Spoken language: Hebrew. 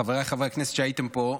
חבריי חברי הכנסת שהיו פה,